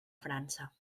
frança